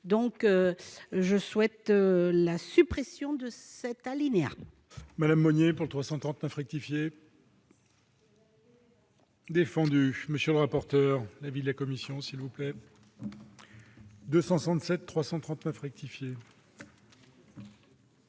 je souhaite la suppression de cet alinéa.